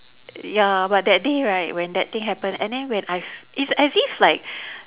ya but that day right when that thing happened and then when I f~ it's as if like